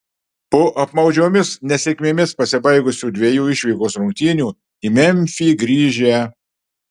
po apmaudžiomis nesėkmėmis pasibaigusių dviejų išvykos rungtynių į memfį grįžę